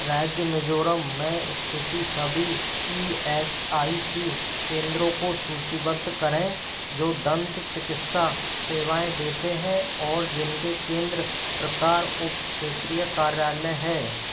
राज्य मिज़ोरम में स्थित सभी ई एस आई सी कें द्रों को सूचीबद्ध करें जो दंतचिकित्सा सेवाएँ देते हैं और जिनके केंद्र प्रकार उप क्षेत्रीय कार्यालय हैं